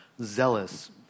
zealous